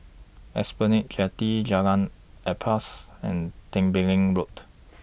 Esplanade Jetty Jalan Ampas and Tembeling Road